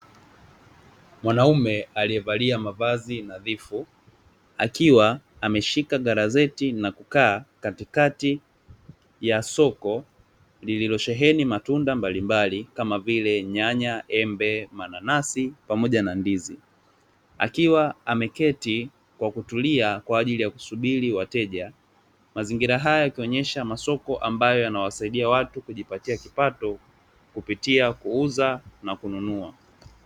Mwanaume aliyevalia mavazi nadhifu akiwa ameshika garazeti na kukaa kati ya soko lililosheheni matunda mbalimbali kama vile nyanya, embe, mananasi, pamoja na ndizi, akiwa ameketi kwa kutulia kwa ajili ya kusubiri wateja, mazingira haya yakionyesha masoko ambayo yana wasaidia watu kujipatia kipato kupitia kuuza na kununua.